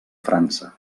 frança